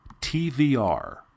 TVR